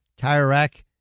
TireRack